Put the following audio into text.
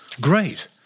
Great